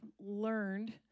learned